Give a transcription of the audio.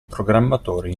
programmatori